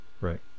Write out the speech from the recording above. right